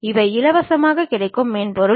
இவை இலவசமாகக் கிடைக்கும் மென்பொருள்